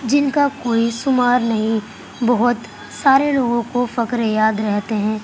جن کا کوئی شمار نہیں بہت سارے لوگوں کو فقرے یاد رہتے ہیں